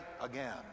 again